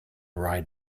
ride